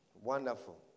Wonderful